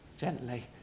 gently